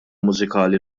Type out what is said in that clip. mużikali